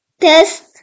test